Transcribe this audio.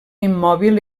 immòbil